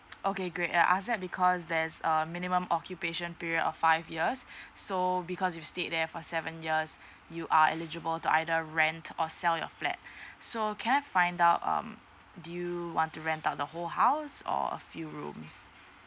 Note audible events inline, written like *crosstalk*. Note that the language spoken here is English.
*noise* okay great I ask that because there's a minimum occupation period of five years *breath* so because you stayed there for seven years *breath* you are eligible to either rent or sell your flat *breath* so can I find out um do you want to rent out the whole house or a few rooms